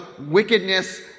wickedness